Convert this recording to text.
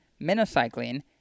minocycline